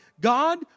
God